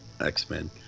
x-men